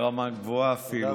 ברמה גבוהה אפילו.